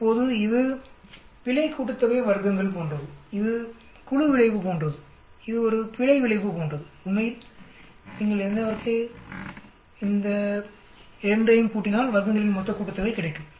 இப்போது இது வர்க்கங்களின் பிழை கூட்டுத்தொகை போன்றது இது குழு விளைவு போன்றது இது ஒரு பிழை விளைவு போன்றது உண்மையில் நீங்கள் இந்த 2 ஐயும் கூட்டினால் வர்க்கங்களின் மொத்த கூட்டுத்தொகை கிடைக்கும்